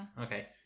Okay